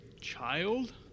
child